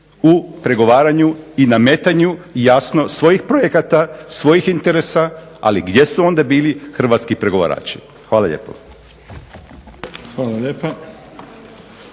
u pregovaranju i nametanju jasno svojih projekata, svojih interesa, ali gdje su onda bili hrvatski pregovarači. Hvala lijepo.